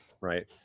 right